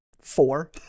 four